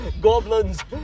goblins